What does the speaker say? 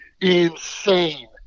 insane